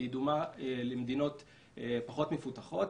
היא דומה למדינות פחות מפותחות,